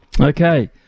Okay